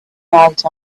night